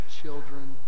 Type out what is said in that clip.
children